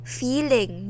feeling